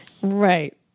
Right